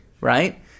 right